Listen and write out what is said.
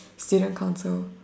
student council